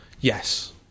yes